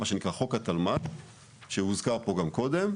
מה שנקרא חוק התלמ"ת שהוזכר פה גם קודם,